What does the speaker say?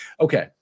Okay